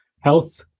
health